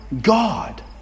God